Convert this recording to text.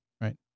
Right